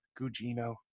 Gugino